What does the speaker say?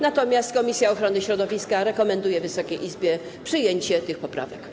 Natomiast komisja ochrony środowiska rekomenduje Wysokiej Izbie przyjęcie tych poprawek.